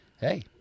hey